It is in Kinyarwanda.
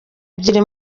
ebyiri